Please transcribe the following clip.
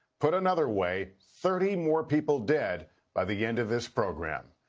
put another way, thirty more people dead by the end of this program.